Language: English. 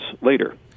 later